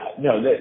No